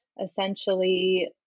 essentially